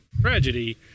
tragedy